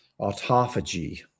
autophagy